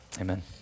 amen